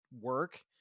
work